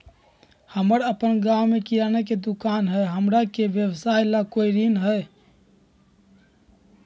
हमर अपन गांव में किराना के दुकान हई, हमरा के व्यवसाय ला कोई ऋण हई?